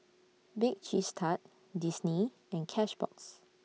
Bake Cheese Tart Disney and Cashbox